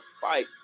fight